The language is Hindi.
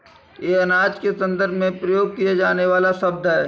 यह अनाज के संदर्भ में प्रयोग किया जाने वाला शब्द है